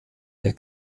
der